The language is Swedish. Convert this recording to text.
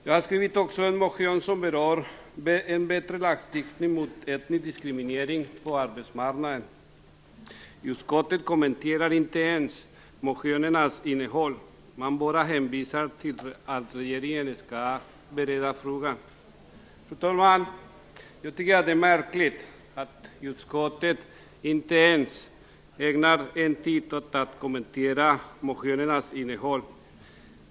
Jag har också skrivit en motion om en bättre lagstiftning mot etnisk diskriminering på arbetsmarknaden. Utskottet kommenterar inte ens motionernas innehåll. Man hänvisar bara till att regeringen skall bereda frågan. Fru talman! Jag tycker att det är märkligt att utskottet inte ens ägnar tid åt att kommentera motionernas innehåll.